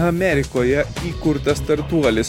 amerikoje įkurtas startuolis